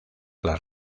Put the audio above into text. las